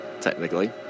technically